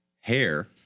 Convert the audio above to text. Hair